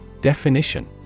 Definition